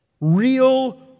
real